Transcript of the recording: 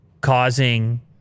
causing